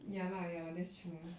ya lah ya that's true